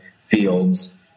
fields